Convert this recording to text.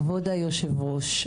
כבוד יושב הראש,